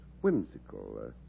whimsical